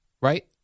right